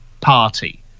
party